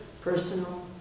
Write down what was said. personal